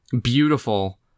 beautiful